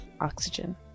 oxygen